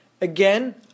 Again